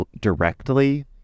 directly